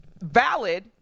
valid